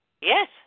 Yes